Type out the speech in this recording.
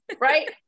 Right